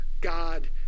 God